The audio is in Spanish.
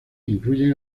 incluyen